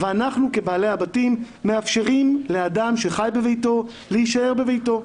ואנחנו כבעלי הבתים מאפשרים לאדם שחי בביתו להישאר בביתו.